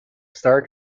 star